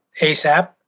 ASAP